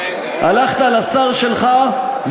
הלכת לשר שלך,